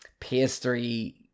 PS3-